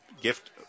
gift